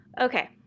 Okay